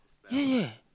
ya ya